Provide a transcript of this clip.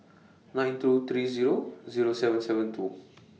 nine two three Zero Zero seven seven two